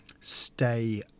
stay